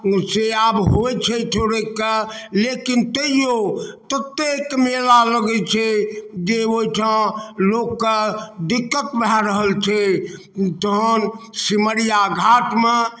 से आब होइ छै थोड़ेक लेकिन तहिओ ततेक मेला लगै छै जे ओहिठाम लोकके दिक्कत भऽ रहल छै तहन सिमरिया घाटमे